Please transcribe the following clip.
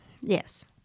Yes